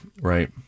Right